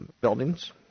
buildings